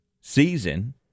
season